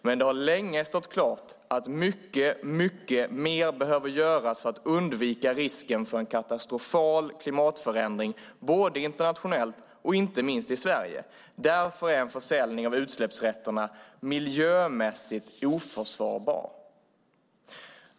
Men det har länge stått klart att mycket, mycket mer behöver göras för att undvika risken för katastrofal klimatförändring, både internationellt och inte minst i Sverige. Därför är en försäljning av utsläppsrätterna miljömässigt oförsvarbar."